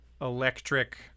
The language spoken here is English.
electric